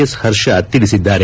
S Harsha ತಿಳಿಸಿದ್ದಾರೆ